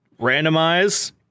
Randomize